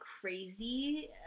crazy